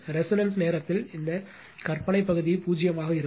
resonance நேரத்தில் இந்த கற்பனை பகுதி 0 ஆக இருக்கும்